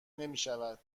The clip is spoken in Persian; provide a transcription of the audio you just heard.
نمیشود